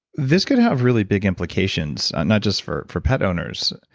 this could have really big implications, not just for for pet owners.